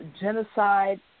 genocide